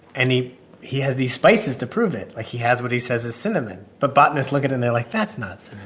and he he has these spices to prove it. like, he has what he says is cinnamon, but botanists look at it, and they're like, that's not